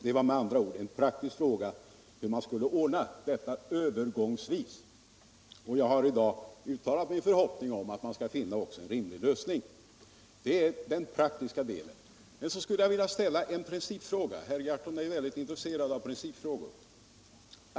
Med andra ord var det en praktisk fråga om hur man skulle ordna detta övergångsvis, och jag har i dag uttalat min förhoppning om att man också kommer att finna en rimlig lösning. Det är den praktiska delen. Sedan skulle jag vilja ställa en principfråga, eftersom herr Gahrton ju är mycket intresserad av principfrågor.